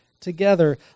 together